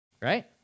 right